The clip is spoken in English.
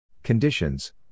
Conditions